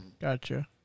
Gotcha